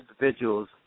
individuals